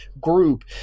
group